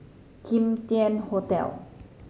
Kim Tian Hotel